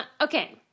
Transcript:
Okay